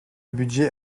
budget